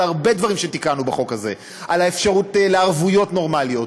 הרבה דברים שתיקנו בחוק הזה: האפשרות לערבויות נורמליות,